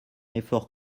effort